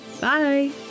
bye